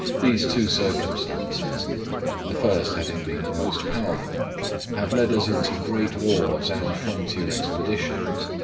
these two circumstances the first having been the most powerful have led us into great wars and frontier expeditions,